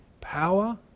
power